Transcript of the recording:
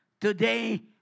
today